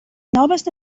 noves